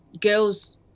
girls